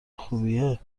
خوبیه